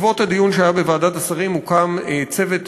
בעקבות הדיון שהיה בוועדת השרים הוקם צוות